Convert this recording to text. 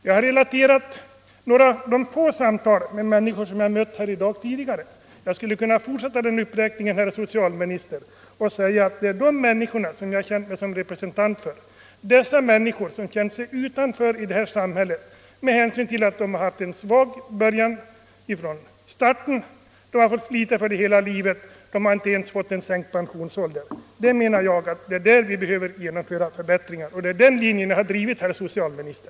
Jag har relaterat några få samtal med människor som jag mött tidigare. Jag skulle kunna fortsätta den uppräkningen, herr socialminister, och säga att det är de människorna jag känner mig som representant för. Det är människor som varit mer eller mindre ställda utanför i vårt samhälle. De har haft ett svagt utgångsläge och de har på grund härav måst slita hårt hela livet, men de har inte ens fått en sänkt pensionsålder. Det är för dem man behöver genomföra förbättringar, och det är den linjen jag har drivit, herr socialminister.